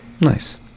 Nice